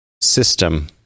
system